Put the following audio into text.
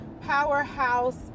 powerhouse